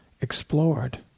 explored